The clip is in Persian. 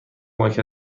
کمک